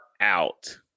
out